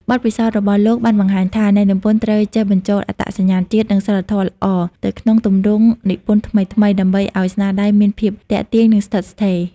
បទពិសោធន៍របស់លោកបានបង្ហាញថា អ្នកនិពន្ធត្រូវចេះបញ្ចូលអត្តសញ្ញាណជាតិ និងសីលធម៌ល្អ ទៅក្នុងទម្រង់និពន្ធថ្មីៗ ដើម្បីឲ្យស្នាដៃមានភាពទាក់ទាញ និងស្ថិតស្ថេរ។